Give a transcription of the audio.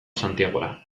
santiagora